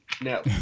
no